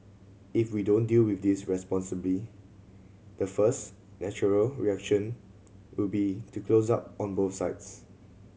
if we don't deal with this responsibly the first natural reaction will be to close up on both sides